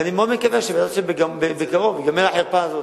ואני מקווה מאוד שבקרוב תיגמר החרפה הזאת.